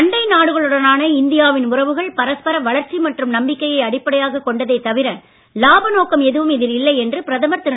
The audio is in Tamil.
அண்டை நாடுகளுடனான இந்தியா வின் உறவுகள் பரஸ்பர வளர்ச்சி மற்றும் நம்பிக்கையை அடிப்படையாகக் கொண்டதே தவிர லாப நோக்கம் எதுவும் இதில் இல்லை என்று பிரதமர் திரு